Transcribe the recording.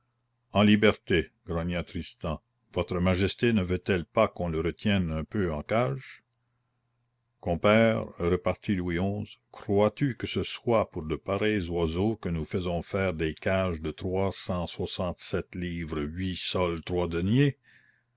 en liberté grogna tristan votre majesté ne veut-elle pas qu'on le retienne un peu en cage compère repartit louis xi crois-tu que ce soit pour de pareils oiseaux que nous faisons faire des cages de trois cent soixante-sept livres huit sols trois deniers